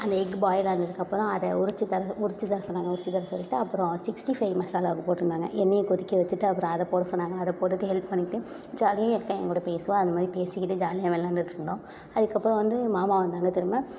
அந்த egg boil ஆனதுக்கப்புறம் அதை உரித்து தர சொ உரித்து தர சொன்னாங்க உரித்து தர சொல்லிட்டு அப்புறம் சிக்ஸ்டி ஃபைவ் மசாலாவை போட்டிருந்தாங்க எண்ணெயை கொதிக்க வச்சுட்டு அப்புறம் அதைப்போட சொன்னாங்க அதை போட்டுவிட்டு ஹெல்ப் பண்ணிவிட்டு ஜாலியாக என் அக்கா என் கூட பேசுவாள் அந்தமாதிரி பேசிகிட்டு ஜாலியாக விளையாண்டுட்ருந்தோம் அதுக்கப்புறம் வந்து மாமா வந்தாங்க திரும்ப